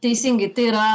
teisingai tai yra